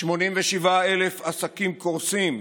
87,000 עסקים קורסים.